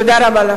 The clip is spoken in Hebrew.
תודה רבה.